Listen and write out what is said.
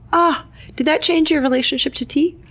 ah did that change your relationship to tea?